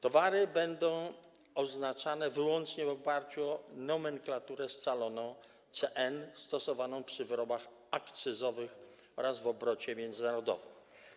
Towary będą oznaczane wyłącznie w oparciu o nomenklaturę scaloną, CN, stosowaną przy wyrobach akcyzowych oraz w obrocie międzynarodowym.